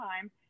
time